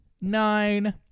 nine